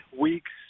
weeks